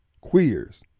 Queers